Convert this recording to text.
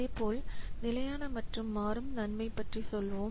இதேபோல் நிலையான மற்றும் மாறும் நன்மை பற்றி சொல்வோம்